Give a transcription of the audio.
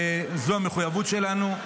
זו המחויבות שלנו.